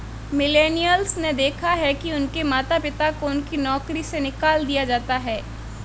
millennials ने देखा है कि उनके माता पिता को उनकी नौकरी से निकाल दिया जाता है